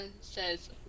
says